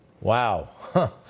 Wow